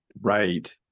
Right